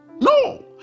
no